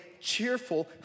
cheerful